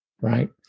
Right